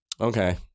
Okay